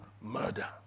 murder